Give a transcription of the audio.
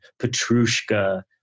Petrushka